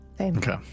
Okay